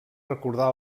recordar